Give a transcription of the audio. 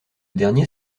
dernier